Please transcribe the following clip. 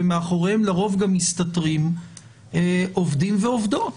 ומאחוריהם לרוב גם מסתתרים עובדים ועובדות